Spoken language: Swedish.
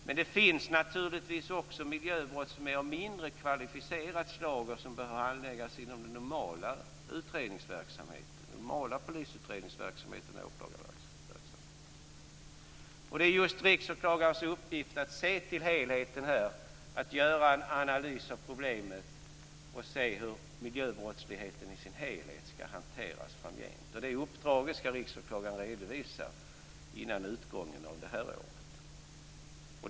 Men det finns naturligtvis också miljöbrott som är av mindre kvalificerat slag och som bör handläggas inom den normala polisutrednings och åklagarverksamheten. Det är just Riksåklagarens uppgift att se till helheten och göra en analys av problemet och se hur miljöbrottsligheten i sin helhet skall hanteras framgent. Det uppdraget skall Riksåklagaren redovisa innan utgången av det här året.